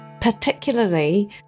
particularly